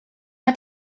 hat